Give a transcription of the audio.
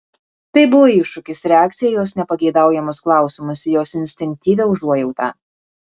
tai buvo iššūkis reakcija į jos nepageidaujamus klausimus į jos instinktyvią užuojautą